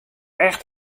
echt